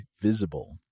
Visible